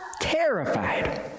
Terrified